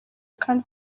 kandi